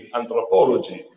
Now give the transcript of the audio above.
antropologi